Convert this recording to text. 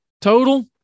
total